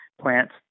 plants